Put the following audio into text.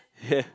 ya